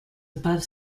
above